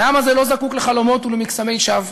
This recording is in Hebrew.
והעם הזה לא זקוק לחלומות ולמקסמי שווא.